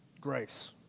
grace